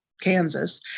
Kansas